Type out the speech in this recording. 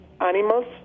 animals